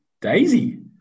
Daisy